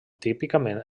típicament